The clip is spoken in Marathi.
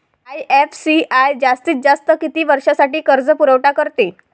आय.एफ.सी.आय जास्तीत जास्त किती वर्षासाठी कर्जपुरवठा करते?